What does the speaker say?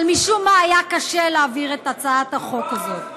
אבל משום מה היה קשה להעביר את הצעת החוק הזאת.